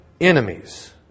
enemies